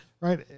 right